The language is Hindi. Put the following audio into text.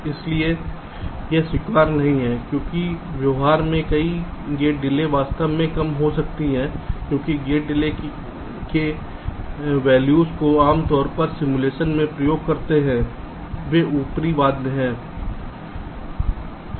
इसलिए यह स्वीकार्य नहीं है क्योंकि व्यवहार में कई गेट डिले वास्तव में कम हो सकती है क्योंकि गेट डिले के मूल्य जो हम आमतौर पर सिमुलेशन में उपयोग करते हैं वे ऊपरी बाध्य हैं